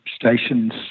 stations